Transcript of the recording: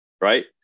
right